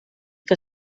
que